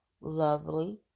lovely